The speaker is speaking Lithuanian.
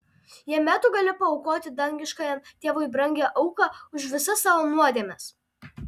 jame tu gali paaukoti dangiškajam tėvui brangią auką už visas savo nuodėmes